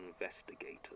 investigators